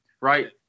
right